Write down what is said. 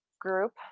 group